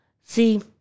See